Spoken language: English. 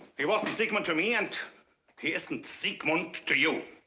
he wasn't sigmund to me, and he isn't sigmund to you.